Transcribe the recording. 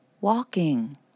walking